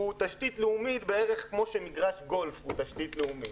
הוא תשתית לאומית בערך כמו שמגרש גולף הוא תשתית לאומית.